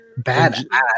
badass